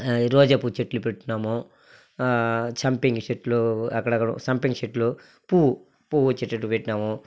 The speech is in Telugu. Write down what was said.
రోజా పువ్వు చెట్లు పెట్టినాము సంపంగి చెట్లూ అక్కడక్కడ సంపంగి చెట్లు పు పువ్వు వచ్చే చెట్లు పెట్టినాము